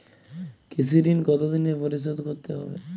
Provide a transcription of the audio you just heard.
কৃষি ঋণ কতোদিনে পরিশোধ করতে হবে?